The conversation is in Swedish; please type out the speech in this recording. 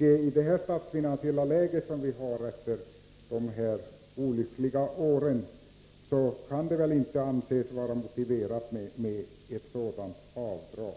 I det statsfinansiella läge som vi har under dessa olyckliga år kan det väl inte anses vara motiverat med ett sådant avdrag.